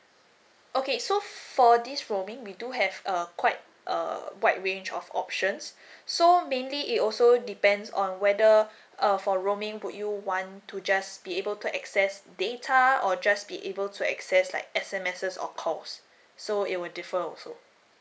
okay so for this roaming we do have err quite a wide range of options so mainly it also depends on whether uh for roaming would you want to just be able to access data or just be able to access like S_M_Ses or calls so it will defer also